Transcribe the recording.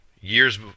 Years